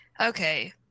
Okay